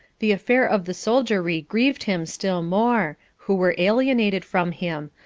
the affair of the soldiery grieved him still more, who were alienated from him,